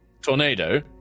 Tornado